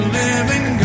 living